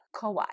Kauai